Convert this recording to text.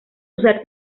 usar